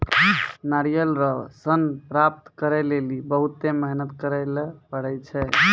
नारियल रो सन प्राप्त करै लेली बहुत मेहनत करै ले पड़ै छै